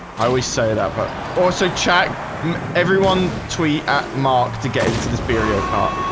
i always say that but also check everyone tweet at mark to get into this bureau cart